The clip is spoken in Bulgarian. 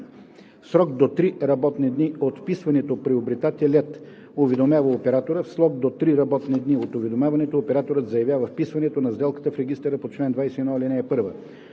срок до три работни дни от вписването приобретателят уведомява оператора. В срок до три работни дни от уведомяването операторът заявява вписването на сделката в регистъра по чл. 21, ал. 1.